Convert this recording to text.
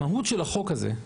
המהות של החוק הזה,